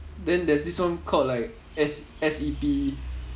then there's this one called like S~ S_E_P